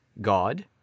God